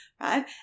right